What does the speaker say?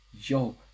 yo